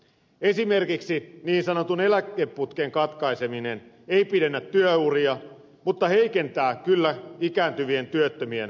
esimerkiksi niin sanotun eläkeputken katkaiseminen ei pidennä työuria mutta heikentää kyllä ikääntyvien työttömien asemaa